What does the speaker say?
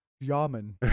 yaman